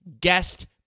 guest